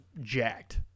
jacked